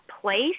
place